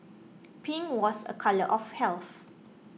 pink was a colour of health